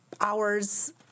hours